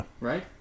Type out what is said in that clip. Right